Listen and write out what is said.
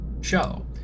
show